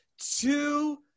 two